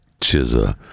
Chizza